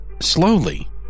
Slowly